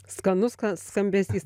skanus ska skambesys